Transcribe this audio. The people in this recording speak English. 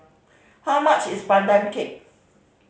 how much is Pandan Cake